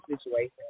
situation